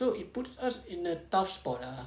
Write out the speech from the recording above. so it puts us in a tough spot ah